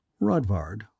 Rodvard